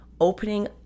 opening